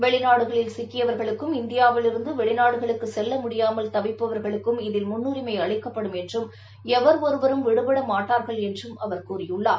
வெளிநாடுகளில் சிக்கியவர்களுக்கும் இந்தியாவிலிருந்து வெளிநாடுகளுக்கு செல்ல முடியாமல் தவிப்பவர்களுக்கும் இந்த கட்டத்தில் முன்னுரிமை அளிக்கப்படும் என்றும் எவர் ஒருவரும் விடுபடமாட்டார்கள் என்றும் அவர் கூறியுள்ளார்